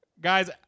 guys